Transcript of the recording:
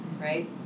right